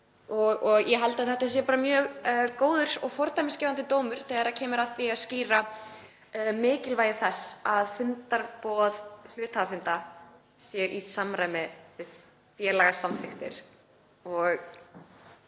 Ég held að þetta sé mjög góður og fordæmisgefandi dómur þegar kemur að því að skýra mikilvægi þess að fundarboð hluthafafunda séu í samræmi við félagasamþykktir